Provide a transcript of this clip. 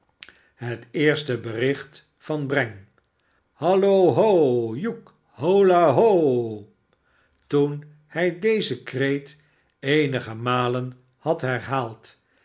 het eerste bericht van breng holla ho hugh holla ho toen hij deze kreet eenige malen had herhaald